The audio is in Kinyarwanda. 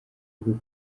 gukora